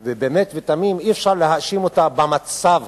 ובאמת ובתמים אי-אפשר להאשים אותה במצב הקיים.